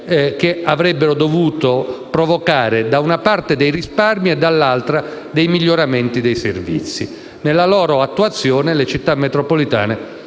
che avrebbero dovuto determinare da una parte dei risparmi e, dall'altra, un miglioramento dei servizi. Nella loro attuazione, le Città metropolitane